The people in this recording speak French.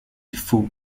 faut